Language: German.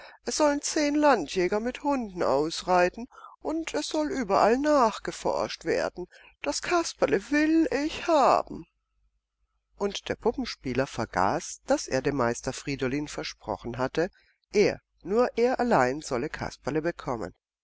es sollen zehn landjäger mit hunden ausreiten und es soll überall nachgeforscht werden das kasperle will ich haben und der puppenspieler vergaß daß er dem meister friedolin versprochen hatte er nur er allein solle kasperle bekommen